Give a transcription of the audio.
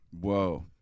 Whoa